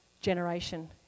generation